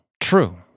True